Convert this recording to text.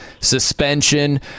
suspension